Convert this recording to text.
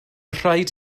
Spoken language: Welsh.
rhaid